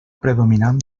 predominant